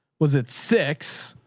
was it six?